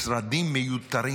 משרדים מיותרים,